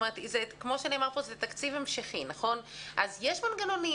כפי שנאמר פה, זה תקציב המשכי, אז יש מנגנונים.